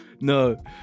No